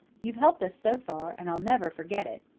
you've helped us so far, and i'll never forget it.